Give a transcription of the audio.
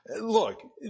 look